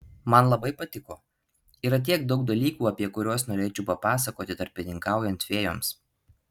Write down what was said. man labai patiko yra tiek daug dalykų apie kuriuos norėčiau papasakoti tarpininkaujant fėjoms